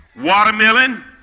Watermelon